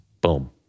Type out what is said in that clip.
boom